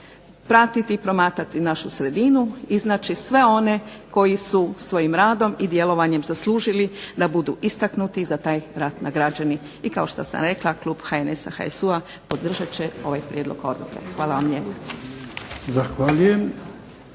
pratiti i promatrati našu sredinu iznaći sve one koji su svojim radom i djelovanjem zaslužili da budu istaknuti za taj nagrađeni i kao što sam rekla Klub HNS HSU-a podržat će ovaj prijedlog odluke. Hvala vam lijepa.